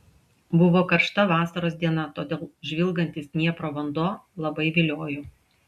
buvo karšta vasaros diena todėl žvilgantis dniepro vanduo labai viliojo